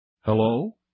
Hello